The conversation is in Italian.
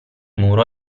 muro